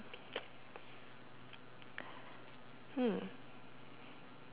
hmm